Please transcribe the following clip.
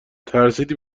ترسیدی